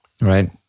right